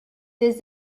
does